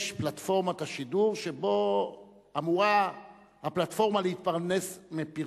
יש פלטפורמת השידור שאמורה להתפרנס מפרסומות,